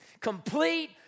complete